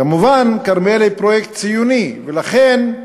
כמובן, כרמיאל היא פרויקט ציוני, ולכן,